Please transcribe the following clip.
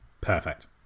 Perfect